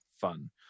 fun